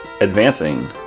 advancing